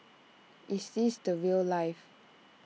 is this the rail life